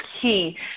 key